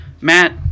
Matt